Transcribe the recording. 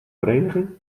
vereniging